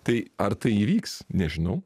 tai ar tai įvyks nežinau